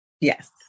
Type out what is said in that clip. Yes